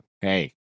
hey